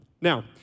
Now